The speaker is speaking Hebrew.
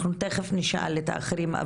אנחנו תיכף נשאל את האחרים.